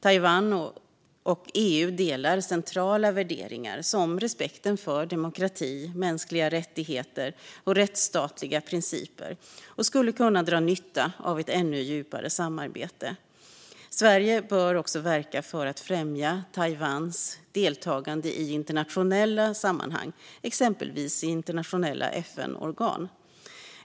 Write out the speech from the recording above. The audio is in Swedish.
Taiwan och EU delar centrala värderingar som respekten för demokrati, mänskliga rättigheter och rättsstatliga principer och skulle kunna dra nytta av ett ännu djupare samarbete. Sverige bör också verka för att främja Taiwans deltagande i internationella sammanhang, exempelvis i internationella FN-organ.